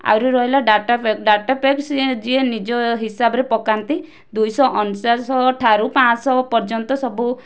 ଆହୁରି ରହିଲା data pack data pack ସିଏ ଯିଏ ନିଜ ହିସାବରେ ପକାନ୍ତି ଦୁଇଶହ ଅଣଚାଷ ଠାରୁ ପାଞ୍ଚଶହ ପର୍ଯ୍ୟନ୍ତ ସବୁ